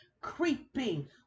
creeping